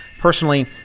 Personally